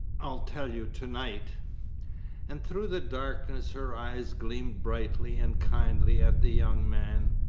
i'll tell you to-night and through the darkness her eyes gleamed brightly and kindly at the young man.